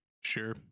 Sure